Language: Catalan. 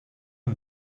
hem